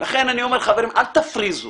לכן אני אומר חברים אל תפריזו.